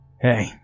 hey